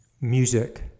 music